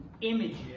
images